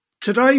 Today